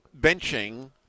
benching